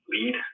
lead